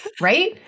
Right